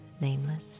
nameless